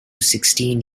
sixteen